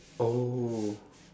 oh